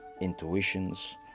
Intuitions